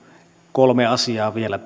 kolme asiaa vielä